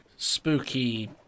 Spooky